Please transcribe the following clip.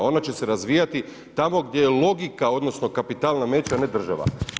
A ona će se razvijati tamo gdje je logika odnosno kapital nameće, a ne država.